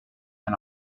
and